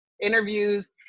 interviews